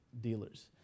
dealers